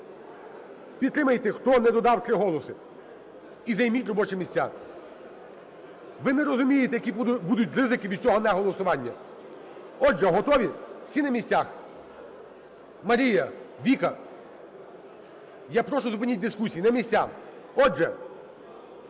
Підтримайте, хто не додав, 3 голоси, і займіть робочі місця. Ви не розумієте, які будуть ризики від цього неголосування. Отже, готові? Всі на місцях? Марія, Віка, я прошу, зупиніть дискусії, на місця. Отже,